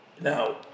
Now